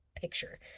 Picture